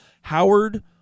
Howard